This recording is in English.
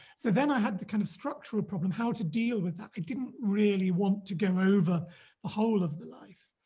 so then i had the kind of structural problem how to deal with that. i didn't really want to go over the whole of the life,